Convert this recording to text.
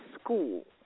school